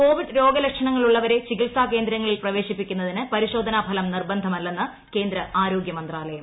Covid രോഗലക്ഷണങ്ങൾ ഉള്ളവരെ ചികിത്സാ കേന്ദ്രങ്ങളിൽ പ്രവേശിപ്പിക്കുന്നതിന് പരിശോധനാഫലം നിർബന്ധമല്ലെന്ന് കേന്ദ്ര ആരോഗ്യമന്ത്രാലയം